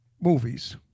movies